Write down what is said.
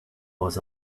was